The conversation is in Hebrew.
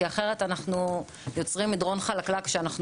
כי אחרת אנחנו יוצרים מדרון חלקלק ואנחנו